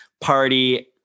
party